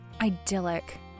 Idyllic